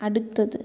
അടുത്തത്